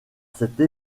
cette